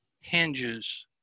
hinges